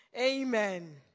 Amen